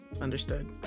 understood